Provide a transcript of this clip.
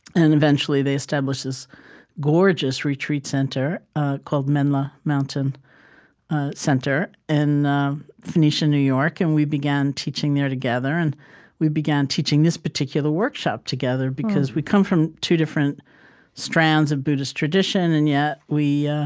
and eventually, they established this gorgeous retreat center called menla mountain center in phoenicia, new york, and we began teaching there together. and we began teaching this particular workshop together because we come from two different strands of buddhist tradition, and yet we yeah